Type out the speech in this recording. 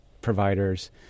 providers